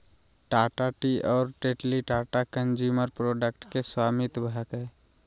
Tata tea और Tetley Tata consumer products के स्वामित्व हकय